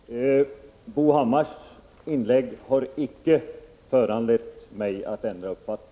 Fru talman! Bo Hammars inlägg har icke föranlett mig att ändra uppfattning.